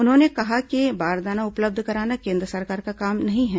उन्होंने कहा कि बारदाना उपलब्ध कराना केन्द्र सरकार का काम नहीं है